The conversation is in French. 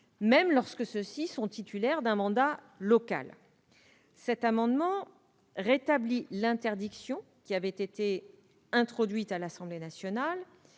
même lorsque ceux-ci sont titulaires d'un mandat local. Il tend à rétablir l'interdiction, introduite à l'Assemblée nationale,